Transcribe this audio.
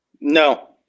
No